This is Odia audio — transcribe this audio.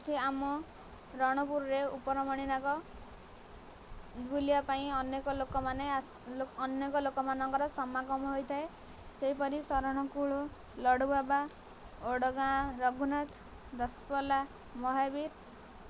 ଏଠି ଆମ ରଣପୁରରେ ଉପର ମଣିନାଗ ବୁଲିବା ପାଇଁ ଅନେକ ଲୋକମାନେ ଆସି ଅନେକ ଲୋକମାନଙ୍କର ସମାଗନ ହୋଇଥାଏ ସେହିପରି ଶରଣକୂଳ ଲଡ଼ୁବାବା ଓଡ଼ଗାଁ ରଘୁନାଥ ଦଶପଲ୍ଲା ମହାବୀର